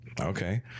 Okay